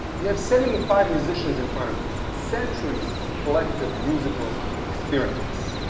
you have seventy five musicians in front of you centuries of collective musical experience.